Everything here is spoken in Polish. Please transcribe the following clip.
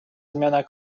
zmiana